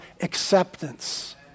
acceptance